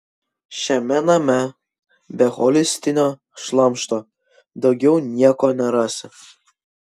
šiame name be holistinio šlamšto daugiau nieko nerasi